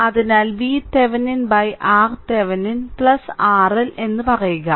അതിനാൽ VThevenin RThevenin RL എന്ന് പറയുക